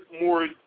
more